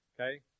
okay